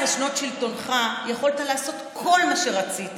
וב-14 שנות שלטונך יכולת לעשות כל מה שרצית